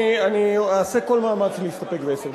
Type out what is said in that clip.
אני אעשה כל מאמץ להסתפק בעשר דקות.